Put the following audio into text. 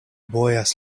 bojas